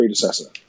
predecessor